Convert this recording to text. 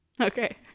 okay